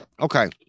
Okay